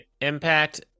Impact